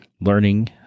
learning